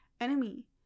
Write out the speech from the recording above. enemy